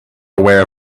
aware